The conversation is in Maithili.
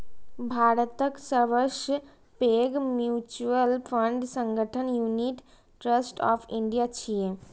भारतक सबसं पैघ म्यूचुअल फंड संगठन यूनिट ट्रस्ट ऑफ इंडिया छियै